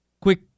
quick